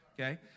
Okay